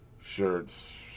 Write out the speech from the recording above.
shirts